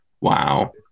Wow